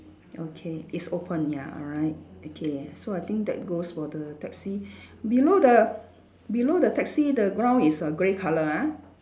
okay it's open ya alright okay so I think that goes for the taxi below the below the taxi the ground is err grey colour ah